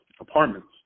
apartments